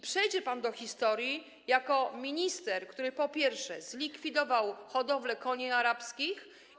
Przejdzie pan do historii jako minister, który, po pierwsze, zlikwidował hodowlę koni arabskich.